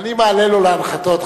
אני מעלה לו להנחתות,